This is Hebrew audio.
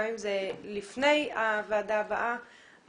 גם אם זה לפני הוועדה הבאה.